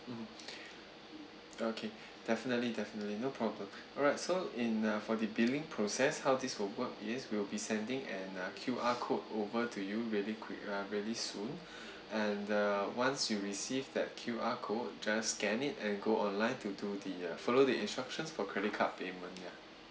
mm okay definitely definitely no problem alright so in a for the billing process how this will work is we will be sending an Q_R code over to you really quick lah really soon and uh once you receive that Q_R code just scan it and go online to do the uh follow the instructions for credit card payment ya